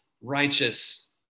righteous